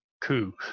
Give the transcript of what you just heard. coup